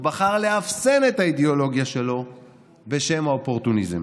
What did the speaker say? הוא בחר לאפסן את האידיאולוגיה שלו בשם האופורטוניזם.